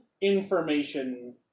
information